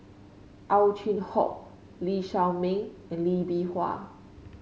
Ow Chin Hock Lee Shao Meng and Lee Bee Wah